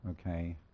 okay